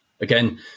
again